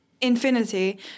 infinity